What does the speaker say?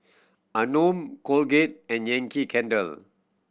Anmum Colgate and Yankee Candle